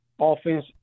offense